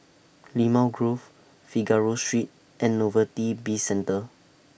Limau Grove Figaro Street and Novelty Bizcentre